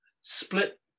split